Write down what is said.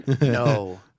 no